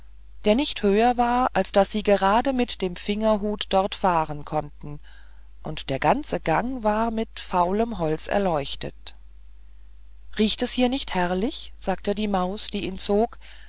der nicht höher war als daß sie gerade mit dem fingerhut dort fahren konnten und der ganze gang war mit faulem holze erleuchtet riecht es hier nicht herrlich sagte die maus die ihn zog